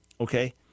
okay